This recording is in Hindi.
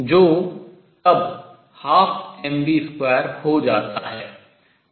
जो तब 12mv2 हो जाता है